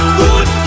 Good